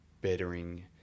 bettering